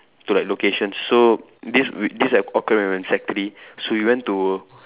to like locations so this we this like occurred when we were in sec three so we went to